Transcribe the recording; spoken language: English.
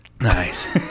Nice